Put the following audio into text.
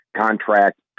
contract